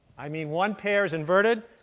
i mean one pair's inverted,